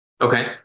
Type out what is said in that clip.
Okay